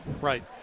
right